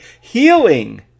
healing